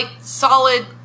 solid